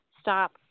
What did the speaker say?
stop